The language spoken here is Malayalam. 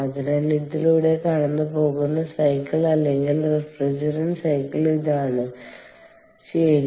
അതിനാൽ ഇതിലൂടെ കടന്നുപോകുന്ന സൈക്കിൾ അല്ലെങ്കിൽ റഫ്രിജറന്റ് സൈക്കിൾ ഇതാണ് ശരി